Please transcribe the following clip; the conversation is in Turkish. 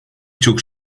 çok